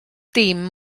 dim